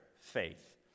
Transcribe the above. faith